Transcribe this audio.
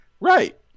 right